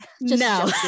No